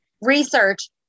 research